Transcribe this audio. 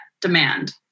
demand